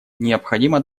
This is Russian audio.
необходимо